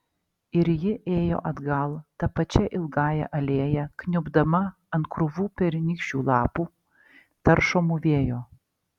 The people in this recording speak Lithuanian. ir ji ėjo atgal ta pačia ilgąja alėja kniubdama ant krūvų pernykščių lapų taršomų vėjo